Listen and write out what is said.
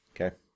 Okay